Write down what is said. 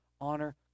honor